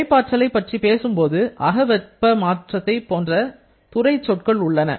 கிடைப்பாற்றலைப் பற்றி பேசும்போது அக வெப்ப மாற்றத்தை போன்ற துறைச் சொற்கள் உள்ளன